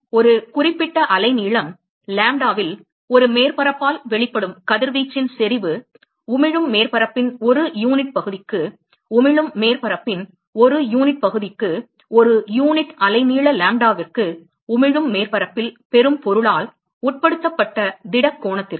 ஒரு குறிப்பிட்ட அலைநீளம் லாம்ப்டாவில் ஒரு மேற்பரப்பால் வெளிப்படும் கதிர்வீச்சின் செறிவு உமிழும் மேற்பரப்பின் ஒரு யூனிட் பகுதிக்கு உமிழும் மேற்பரப்பின் ஒரு யூனிட் பகுதிக்கு ஒரு யூனிட் அலைநீள லாம்ப்டாவிற்கு உமிழும் மேற்பரப்பில் பெறும் பொருளால் உட்படுத்தப்பட்ட திட கோணத்திற்கு